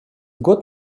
год